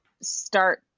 start